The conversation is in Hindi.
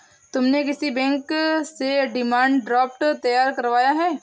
तुमने किस बैंक से डिमांड ड्राफ्ट तैयार करवाया है?